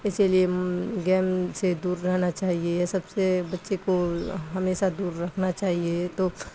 اسی لیے گیم سے دور رہنا چاہیے یہ سب سے بچے کو ہمیشہ دور رکھنا چاہیے تو